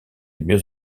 mieux